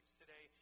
today